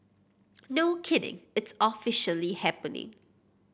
no kidding it's officially happening